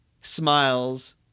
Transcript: smiles